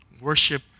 worship